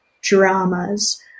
dramas